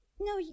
No